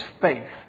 faith